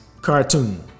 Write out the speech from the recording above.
cartoon